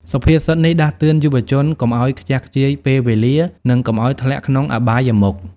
សុភាសិតនេះដាស់តឿនយុវជនកុំឱ្យខ្ជះខ្ជាយពេលវេលា និងកុំឱ្យធ្លាក់ក្នុងអបាយមុខ។